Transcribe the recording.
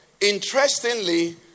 Interestingly